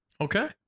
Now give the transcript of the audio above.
Okay